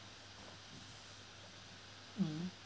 mm